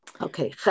Okay